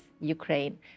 Ukraine